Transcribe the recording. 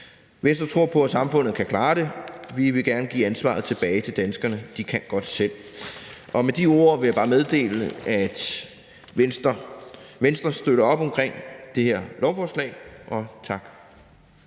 Venstre tror på, at samfundet kan klare det – vi vil gerne give ansvaret tilbage til danskerne, de kan godt selv. Med de ord vil jeg bare meddele, at Venstre støtter op omkring det her lovforslag. Tak.